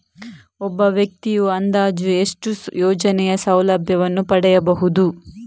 ಒಬ್ಬ ವ್ಯಕ್ತಿಯು ಅಂದಾಜು ಎಷ್ಟು ಯೋಜನೆಯ ಸೌಲಭ್ಯವನ್ನು ಪಡೆಯಬಹುದು?